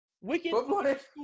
Wicked